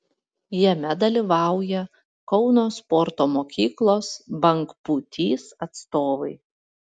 jame dalyvauja kauno sporto mokyklos bangpūtys atstovai